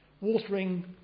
watering